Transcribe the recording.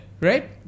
right